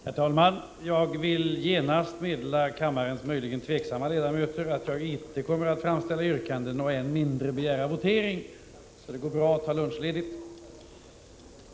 Herr talman! Jag vill genast meddela kammarens möjligen tveksamma ledamöter att jag inte kommer att framställa något yrkande och än mindre begära votering, så det går bra att ta lunchledigt.